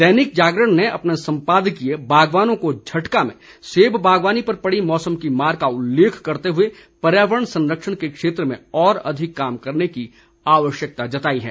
दैनिक जागरण ने अपने संपादकीय बागवानों को झटका में सेब बागवानी पर पड़ी मौसम की मार का उल्लेख करते हुए पर्यावरण संरक्षण के क्षेत्र में और अधिक काम करने की आवश्यकता जताई है